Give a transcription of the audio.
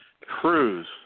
cruise